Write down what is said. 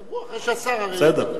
ידברו אחרי שהשר, כן,